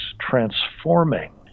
transforming